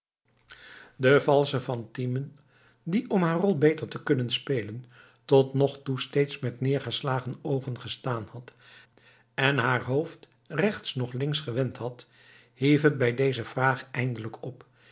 de valsche fatime die om haar rol beter te kunnen spelen tot nog toe steeds met neergeslagen oogen gestaan had en haar hoofd rechts noch links gewend had hief het bij deze vraag eindelijk op